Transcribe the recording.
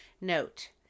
Note